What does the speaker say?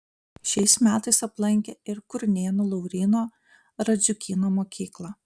šiais metais aplankė ir kurnėnų lauryno radziukyno mokyklą